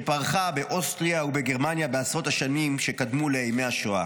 שפרחה באוסטריה ובגרמניה בעשרות השנים שקדמו לימי השואה.